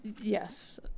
yes